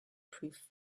proof